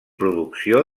producció